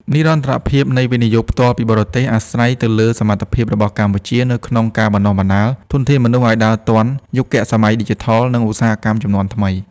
និរន្តរភាពនៃ វិនិយោគផ្ទាល់ពីបរទេស អាស្រ័យទៅលើសមត្ថភាពរបស់កម្ពុជានៅក្នុងការបណ្ដុះបណ្ដាលធនធានមនុស្សឱ្យដើរទាន់ "យុគសម័យឌីជីថល" និងឧស្សាហកម្មជំនាន់ថ្មី។